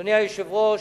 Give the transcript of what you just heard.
אדוני היושב-ראש,